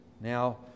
Now